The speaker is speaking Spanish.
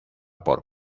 por